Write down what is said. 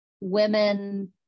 women